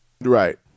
Right